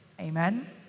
Amen